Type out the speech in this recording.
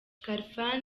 khalfan